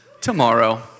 tomorrow